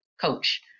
coach